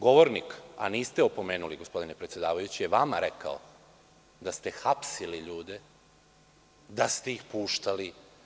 Govornik, a niste ga opomenuli gospodine predsedavajući, je vama rekao da ste hapsili ljude, da ste ih puštali.